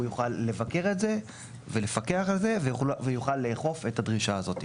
יוכל לבקר את זה ולפקח את זה ויוכל לאכוף את הדרישה הזאת.